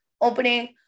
opening